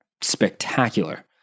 spectacular